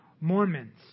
Mormons